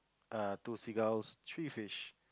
err two seagulls three fish